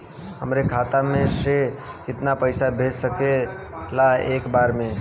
हमरे खाता में से कितना पईसा भेज सकेला एक बार में?